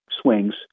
swings